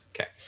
okay